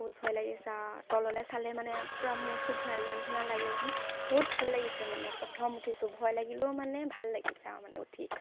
বহুত ভয় লাগিছে আৰু তললৈ চালে মানে পূৰা মূৰ চূৰ ঘূৰাই যোৱাৰ নিচিনা লাগে একদম বহুত ভাল লাগিছে মানে প্ৰথম উঠিছোঁ ভয় লাগিলেও মানে ভাল লাগিছে আৰু মানে উঠি